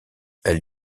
elle